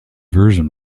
version